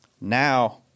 Now